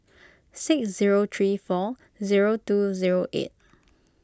six zero three four zero two zero eight